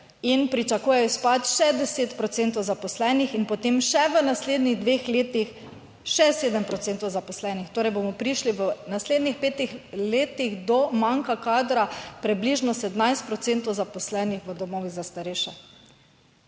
in pričakujejo izpad še 10 procentov zaposlenih in potem še v naslednjih dveh letih še 7 procentov zaposlenih. Torej bomo prišli v naslednjih petih letih do manjka kadra približno 17 procentov zaposlenih v domovih za starejše.